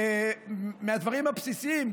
בדברים הבסיסיים,